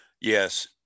yes